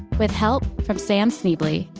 with help from sam schneble.